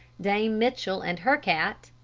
dame mitchell and her cat,